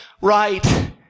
right